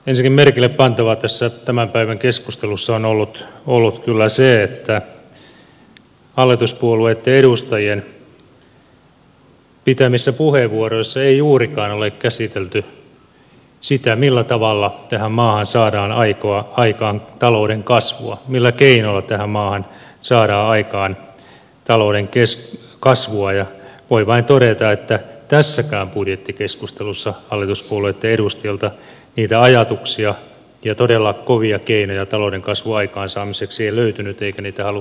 ensinnäkin merkille pantavaa tässä tämän päivän keskustelussa on ollut kyllä se että hallituspuolueitten edustajien pitämissä puheenvuoroissa ei juurikaan ole käsitelty sitä millä tavalla tähän maahan saadaan aikaan talouden kasvua millä keinoilla tähän maahan saadaan aikaan talouden kasvua ja voi vain todeta että tässäkään budjettikeskustelussa hallituspuolueitten edustajilta niitä ajatuksia ja todella kovia keinoja talouden kasvun aikaansaamiseksi ei löytynyt eikä niitä haluttu esitellä